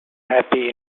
happy